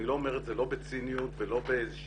לא אומר את זה לא בציניות ולא באיזושהי